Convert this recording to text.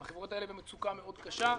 החברות האלה במצוקה מאוד קשה.